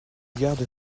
gardes